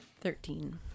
Thirteen